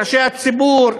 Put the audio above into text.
ראשי הציבור,